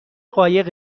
قایق